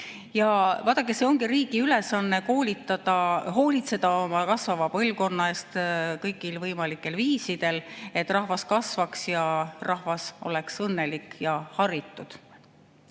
Vaadake, see ongi riigi ülesanne hoolitseda oma kasvava põlvkonna eest kõigil võimalikel viisidel, et rahvas kasvaks ja rahvas oleks õnnelik ja haritud. Mul